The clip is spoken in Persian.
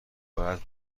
باید